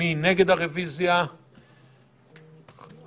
מי נגד הרביזיה ארבעה.